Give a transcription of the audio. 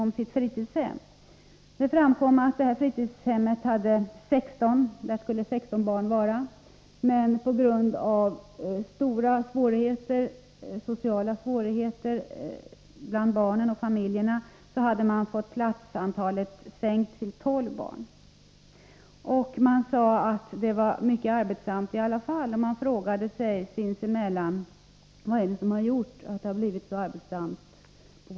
Det framkom att de arbetade på ett fritidshem med plats för 16 barn, men på grund av stora sociala svårigheter bland barnen och deras familjer hade man fått platsantalet sänkt till 12. Trots det var det arbetsamt på fritidshemmet, och man frågade sig vad detta berodde på.